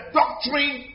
doctrine